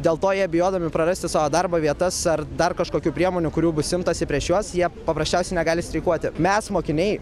dėl to jie bijodami prarasti savo darbo vietas ar dar kažkokių priemonių kurių bus imtasi prieš juos jie paprasčiausiai negali streikuoti mes mokiniai